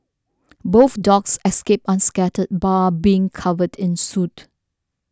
both dogs escaped unscathed bar being covered in soot